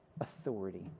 authority